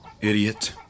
Idiot